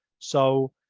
so,